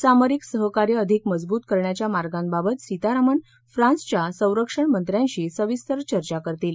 सामरिक सहकार्य अधिक मजबूत करण्याच्या मार्गांबाबत सीतारामन फ्रान्सच्या संरक्षण मंत्र्यांशी सविस्तर चर्चा करतील